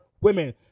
women